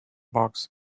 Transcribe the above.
box